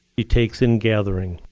she takes in gathering.